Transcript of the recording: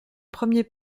premier